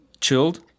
chilled